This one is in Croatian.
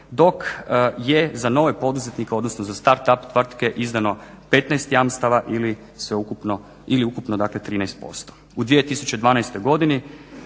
dok je za nove poduzetnike odnosno za start-up tvrtke izdano 15 jamstava ili ukupno 13%. U 2012. godini